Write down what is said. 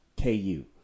KU